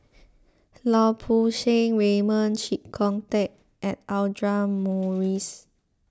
Lau Poo Seng Raymond Chee Kong Tet and Audra Morrice